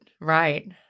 right